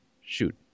shoot